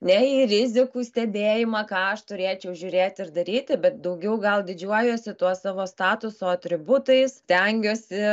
ne į rizikų stebėjimą ką aš turėčiau žiūrėti ir daryti bet daugiau gal didžiuojuosi tuo savo statuso atributais stengiuosi